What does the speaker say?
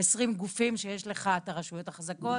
20 גופים כאשר יש לך את הרשויות החזקות,